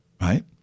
right